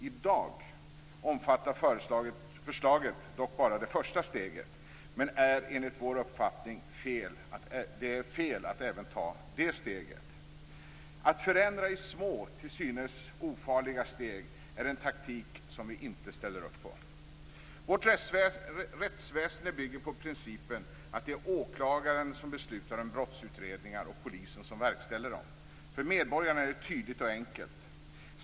I dag omfattar förslaget dock bara det första steget, men det är enligt vår uppfattning fel att även ta det steget. Att förändra i små, till synes ofarliga, steg är en taktik som vi inte ställer upp på. Vårt rättsväsende bygger på principen att det är åklagaren som beslutar om brottsutredningar och polisen som verkställer dem. För medborgarna är det tydligt och enkelt.